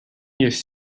used